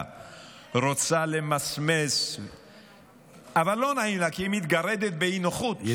רוצה למסמס אבל לא נעים לה כי היא מתגרדת באי-נוחות,